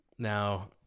Now